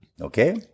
Okay